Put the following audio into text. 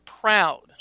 proud